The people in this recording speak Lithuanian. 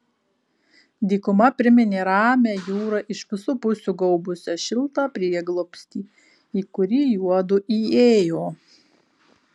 dykuma priminė ramią jūrą iš visų pusių gaubusią šiltą prieglobstį į kurį juodu įėjo